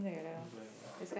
blind me